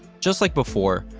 just like before,